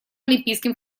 олимпийским